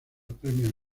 premios